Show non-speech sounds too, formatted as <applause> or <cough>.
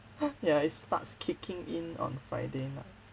<breath> ya it's starts kicking in on friday night